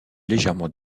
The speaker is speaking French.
légèrement